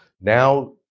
now